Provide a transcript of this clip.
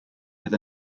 oedd